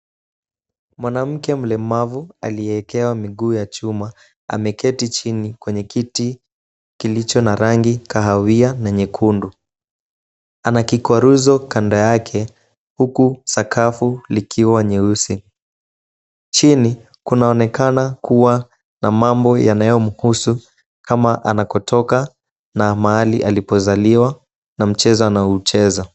Mwanamke mlemavu aliyewekewa miguu ya chuma ameketi chini kwenye kiti kilicho na rangi kahawia na nyekundu. Ana kikwaruzo kando yake huku sakafu likiwa nyeusi. Chini kunaonekana kuwa na mambo yanayomhusu kama anakotoka na mahali alipozaliwa na mchezo anaoucheza.